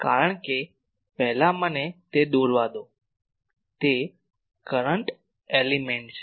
કારણ કે પહેલા મને તે દોરવા દો તે કરંટ એલિમેન્ટ છે